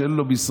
שאין לו משרד,